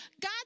God